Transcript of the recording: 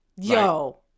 Yo